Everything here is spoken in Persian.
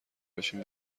بشین